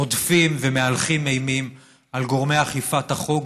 רודפים ומהלכים אימים על גורמי אכיפת החוק,